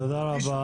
תודה רבה.